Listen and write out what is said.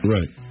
Right